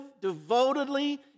devotedly